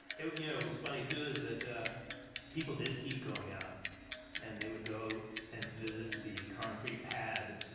it you know was funny too, is that people did keep going out and they would go and visit the concrete pad